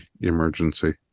emergency